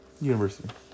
university